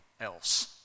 else